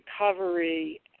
recovery